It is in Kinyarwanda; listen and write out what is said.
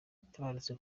yaratabarutse